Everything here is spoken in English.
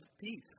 peace